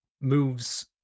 moves